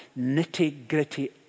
nitty-gritty